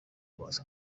was